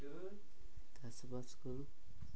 ଚାଷବାସ କରୁ